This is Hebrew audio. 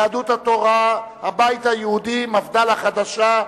יהדות התורה, הבית היהודי, מפד"ל החדשה.